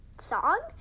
song